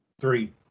Three